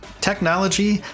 technology